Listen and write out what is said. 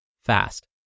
fast